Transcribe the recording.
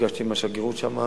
נפגשתי עם השגרירות שם,